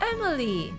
Emily